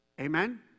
amen